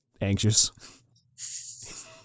anxious